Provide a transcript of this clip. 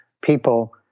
people